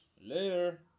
Later